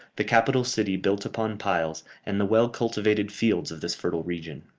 the capital city built upon piles, and the well-cultivated fields of this fertile region.